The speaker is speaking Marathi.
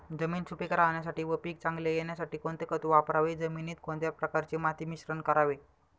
जमीन सुपिक राहण्यासाठी व पीक चांगले येण्यासाठी कोणते खत वापरावे? जमिनीत कोणत्या प्रकारचे माती मिश्रण करावे?